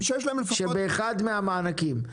שבאחד מהמענקים,